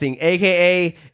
aka